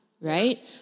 right